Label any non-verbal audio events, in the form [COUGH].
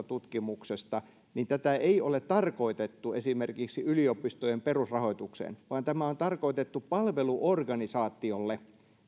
[UNINTELLIGIBLE] tutkimuksesta niin tätä ei ole tarkoitettu esimerkiksi yliopistojen perusrahoitukseen vaan tämä on tarkoitettu palveluorganisaatiolle